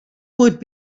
would